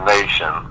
Nation